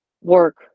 work